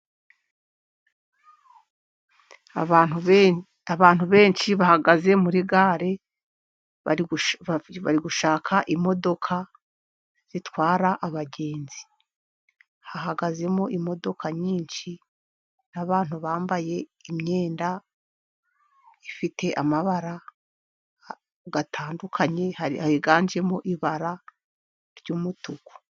Abantu benshi bahagaze muri gare bari gushaka imodoka zitwara abagenzi. Hahagazemo imodoka nyinshi n'abantu bambaye imyenda ifite amabara atandukanye, higanjemo ibara ry'umutuku.